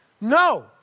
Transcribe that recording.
no